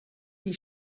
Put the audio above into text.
wie